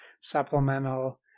supplemental